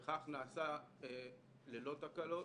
וכך נעשה ללא תקלות.